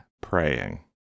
praying